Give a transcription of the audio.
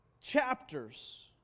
chapters